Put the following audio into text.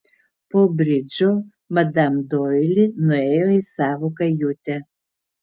po bridžo madam doili nuėjo į savo kajutę